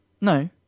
No